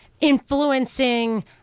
influencing